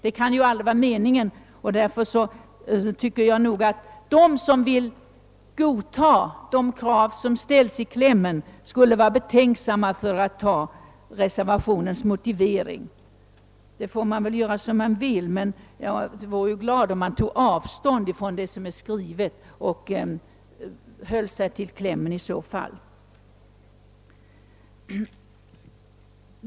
Detta kan inte vara meningen, och de som vill godta de krav som ställs i klämmen borde vara betänksamma mot att ta reservationens motivering. De får naturligtvis göra som de vill, men jag vore glad om de tog avstånd från vad som skrivs i motiveringen och höll sig enbart till klämmen.